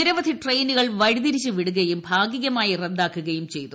നിരവധി ട്രെയിനുകൾ വഴിതിരിച്ചു വിടുകയും ഭാഗീഗമായി റദ്ദാക്കുകയും ചെയ്തു